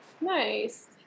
Nice